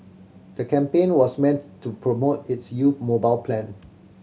the campaign was meant to promote its youth mobile plan